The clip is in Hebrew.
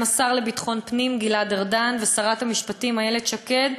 גם השר לביטחון פנים גלעד ארדן ושרת המשפטים איילת שקד